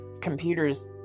computers